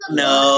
no